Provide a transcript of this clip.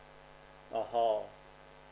oh hor